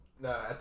No